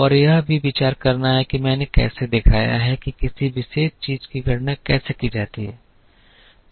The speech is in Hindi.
और यह भी विचार करना कि मैंने कैसे दिखाया है कि किसी विशेष चीज़ की गणना कैसे की जाती है